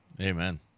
Amen